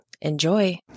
enjoy